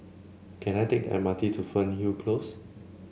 can I take the M R T to Fernhill Close